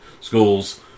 schools